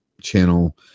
channel